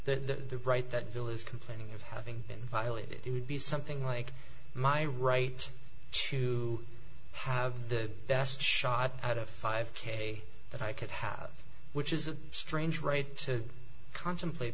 that the right that bill is complaining of having violated it would be something like my right to have the best shot at a five k that i could have which is a strange right to contemplate